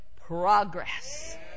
progress